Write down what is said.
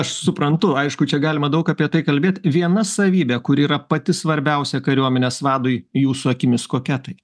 aš suprantu aišku čia galima daug apie tai kalbėt viena savybė kuri yra pati svarbiausia kariuomenės vadui jūsų akimis kokia tai